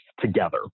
together